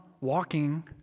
walking